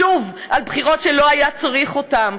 שוב, על בחירות שלא היה צריך אותן.